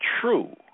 true